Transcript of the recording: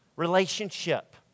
relationship